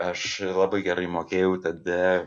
aš labai gerai mokėjau tada